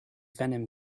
venom